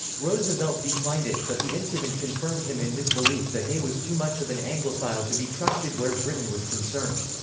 roosevelt declined it, but the incident confirmed him in his belief that hay was too much of an anglophile to be trusted where britain was concerned.